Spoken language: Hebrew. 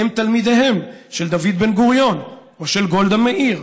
תלמידיהם של דוד בן-גוריון או של גולדה מאיר,